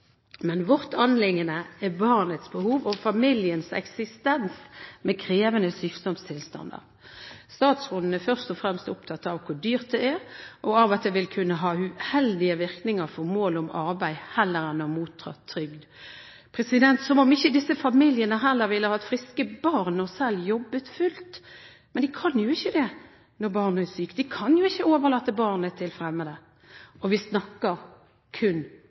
men vårt anliggende er barnets behov og familiens eksistens med krevende sykdomstilstander. Statsråden er først og fremst opptatt av hvor dyrt det er, og av at det vil «kunne ha uheldige virkninger for målet om arbeid heller enn å motta trygd». Som om ikke disse familiene heller ville hatt friske barn og selv jobbet fullt! Men de kan jo ikke det når barnet er sykt – de kan jo ikke overlate barnet til fremmede. Vi snakker kun